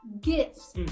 gifts